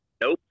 Nope